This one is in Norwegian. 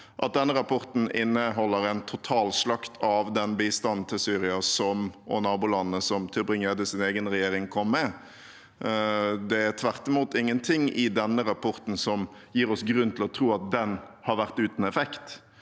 Sakene nr. 8 og 9 1081 en total slakt av den bistanden til Syria og nabolandene som Tybring-Gjeddes egen regjering kom med. Tvert imot er det ingenting i denne rapporten som gir oss grunn til å tro at den har vært uten effekt.